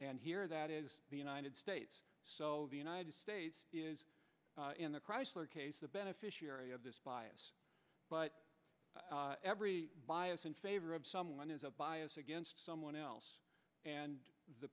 and here that is the united states the united states in the chrysler case the beneficiary of this bias but every bias in favor of someone has a bias against someone else and the